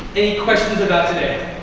any questions about today?